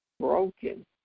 broken